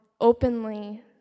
openly